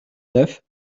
neuf